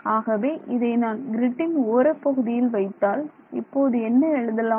ஆகவே இதை நான் க்ரிட்டின் ஓரப்பகுதியில் வைத்தால் இப்போது என்ன எழுதலாம்